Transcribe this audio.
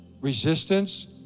resistance